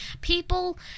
people